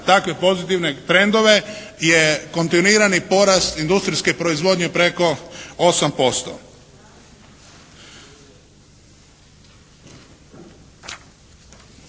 takve pozitivne trendove je kontinuirani porast industrijske proizvodnje preko 8%.